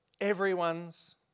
everyone's